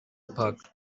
pac